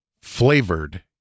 flavored